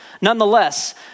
Nonetheless